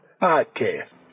Podcast